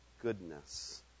goodness